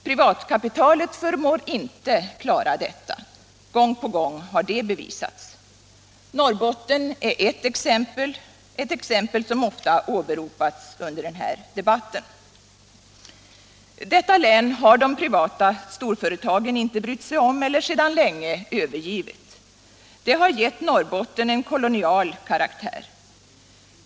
Privatkapitalet förmår Allmänpolitisk debatt Allmänpolitisk debatt inte klara detta — gång på gång har det bevisats. Norrbotten är ett exempel och har ofta åberopats under den här debatten. Detta län har de privata storföretagen inte brytt sig om eller sedan länge övergivit. Detta har gett Norrbotten en kolonial karaktär.